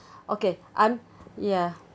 okay I'm ya